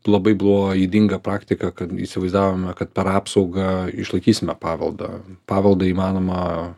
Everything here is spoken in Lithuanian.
labai buvo ydinga praktika kad įsivaizdavome kad per apsaugą išlaikysime paveldą paveldą įmanoma